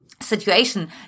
situation